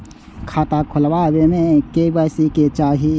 खाता खोला बे में के.वाई.सी के चाहि?